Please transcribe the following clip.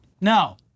No